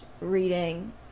reading